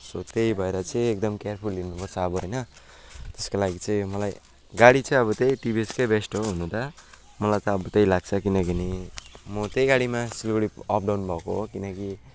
so त्यही भएर चाहिँ एकदम केयरफुल हिँड्नु पर्छ अब होइन त्यसको लागि चाहिँ मलाई गाडी चाहिँ अब त्यही टिभिएसको बेस्ट हो हुनु त मलाई त अब त्यही लाग्छ किन किनभने म त्यही गाडीमा सिलगुढी अप डाउन भएको हो किनकि